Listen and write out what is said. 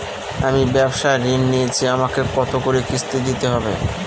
আমি ব্যবসার ঋণ নিয়েছি আমাকে কত করে কিস্তি দিতে হবে?